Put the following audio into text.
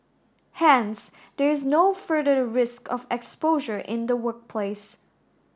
hence there is no further risk of exposure in the workplace